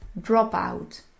Dropout